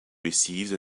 received